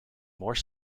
more